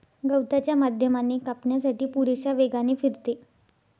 गवताच्या माध्यमाने कापण्यासाठी पुरेशा वेगाने फिरते